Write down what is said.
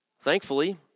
thankfully